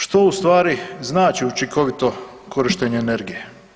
Što u stvari znači učinkovito korištenje energije?